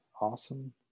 Awesome